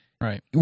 Right